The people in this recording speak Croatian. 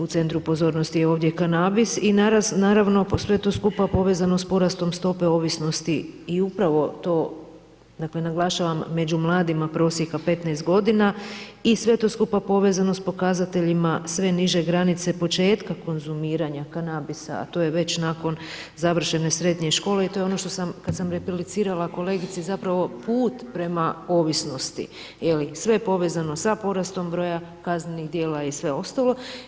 U centru pozornosti je ovdje kanabis i naravno, sve to skupa povezano s porastom stope ovisnosti i upravo to, dakle naglašavam među mladima prosjeka 15 g. i sve to skupa povezano sa pokazateljima sve niže granice početka konzumiranja kanabisa a to je već nakon završene srednje škole i to je ono što sam, kad sam replicirala kolegici, zapravo put prema ovisnosti, je li, sve je povezano sa porast broja kaznenih djela i sve ostalo.